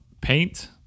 paint